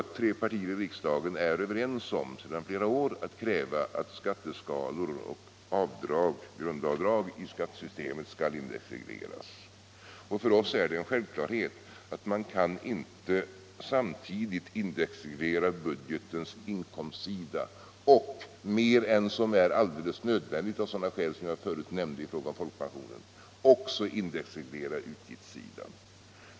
Tre partier i riksdagen är ju sedan flera år överens om att kräva att skatteskalor och grundavdrag i skattesystemet skall indexregleras. För oss är det en självklarhet att man inte samtidigt kan indexreglera både budgetens inkomstsida mer än som är alldeles nödvändigt, av sådana skäl som jag nämnde i fråga om folkpensionen, och utgiftssidan.